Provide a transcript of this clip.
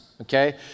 okay